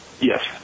Yes